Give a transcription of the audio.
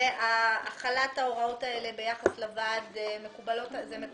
החלת ההוראות האלה ביחס לוועד מקובלות עליכם?